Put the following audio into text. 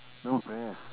don't press